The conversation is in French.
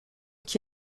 qui